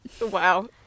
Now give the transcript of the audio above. Wow